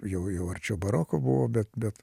jau jau arčiau baroko buvo bet bet